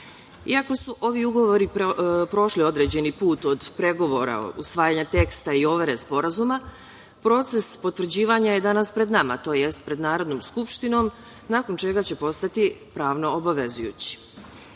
Iako su ovi ugovori prošli određeni put od pregovora, usvajanja teksta i overe sporazuma, proces potvrđivanja je danas pred nama tj. pred Narodnom skupštinom, nakon čega će postati pravno obavezujući. Sporazum